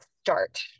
start